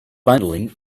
finally